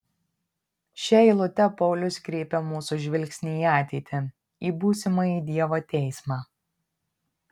šia eilute paulius kreipia mūsų žvilgsnį į ateitį į būsimąjį dievo teismą